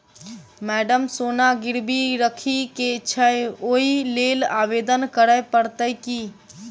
Madam सोना गिरबी राखि केँ छैय ओई लेल आवेदन करै परतै की?